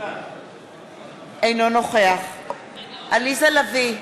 אינו נוכח עליזה לביא,